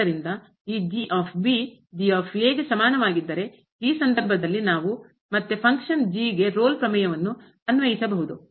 ಆದ್ದರಿಂದ ಈ ಸಮಾನವಾಗಿದ್ದರೆ ಈ ಸಂದರ್ಭದಲ್ಲಿ ನಾವು ಮತ್ತೆ ಫಂಕ್ಷನ್ Rolle ಪ್ರಮೇಯವನ್ನು ಅನ್ವಯಿಸಬಹುದು